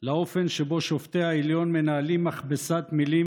לאופן שבו שופטי העליון מנהלים מכבסת מילים